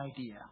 idea